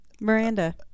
Miranda